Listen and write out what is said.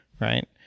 right